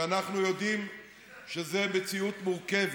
ואנחנו יודעים שזאת מציאות מורכבת.